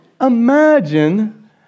Imagine